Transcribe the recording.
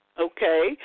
Okay